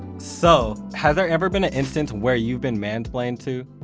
so has there ever been an instance where you've been mansplained to?